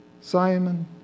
Simon